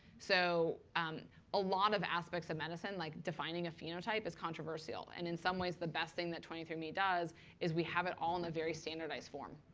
so a lot of aspects of medicine, like defining a phenotype, is controversial. and in some ways, the best thing that twenty three andme does is we have it all on a very standardized form.